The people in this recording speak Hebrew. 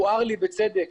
העירו לי בצדק